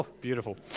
Beautiful